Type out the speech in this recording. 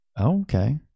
okay